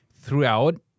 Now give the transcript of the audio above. throughout